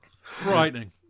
Frightening